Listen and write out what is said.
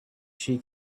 she